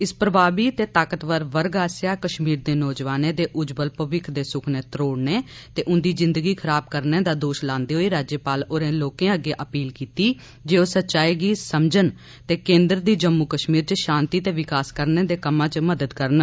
इस प्रभावी ते ताकतवर वर्ग आस्सेआ कश्मीर दे नौजवानें दे उज्जवल भविक्ख दे सुखने त्रोड़ने ते उन्दी जिन्दगी खराब करने दा दोष लान्दे होई राज्यपाल होरें लोकें अग्गै अपील कीती जे ओह् सच्चाई गी समझने ते केन्द्र दी जम्मू कश्मीर च शांति ते विकास करने दे कम्मैं चा मदद करन